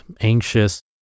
anxious